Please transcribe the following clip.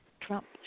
Trump